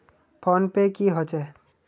Phone पै की होचे?